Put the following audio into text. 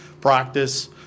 practice